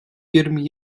yirmi